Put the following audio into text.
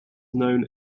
known